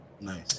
Nice